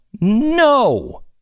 No